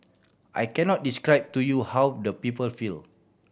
I cannot describe to you how the people feel